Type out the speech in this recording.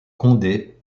condé